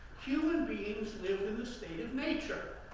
human beings lived in the state of nature.